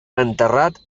enterrat